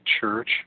Church